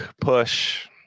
push